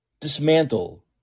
dismantle